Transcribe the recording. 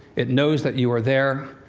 it knows that you are there.